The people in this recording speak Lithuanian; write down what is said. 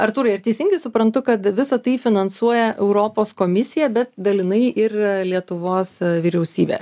artūrai ar teisingai suprantu kad visa tai finansuoja europos komisija bet dalinai ir lietuvos vyriausybė